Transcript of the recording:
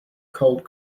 cold